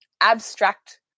abstract